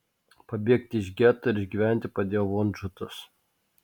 pabėgti iš geto ir išgyventi padėjo vonžutas